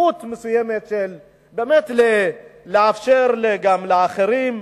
פתיחות מסוימת של באמת לאפשר גם לאחרים,